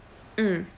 mm